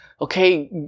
okay